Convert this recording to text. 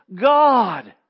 God